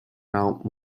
mount